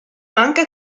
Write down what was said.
manca